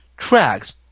tracks